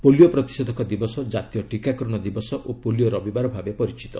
polio ପ୍ରତିଷେଧକ ଦିବସ କାତୀୟ ଟ୍ରୀକାକରଣ ଦିବସ ଓ ପୋଲିଓ ରବିବାର ଭାବେ ପରିଚିତ